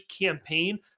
campaign